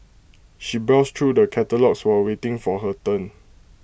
she browsed through the catalogues while waiting for her turn